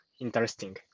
interesting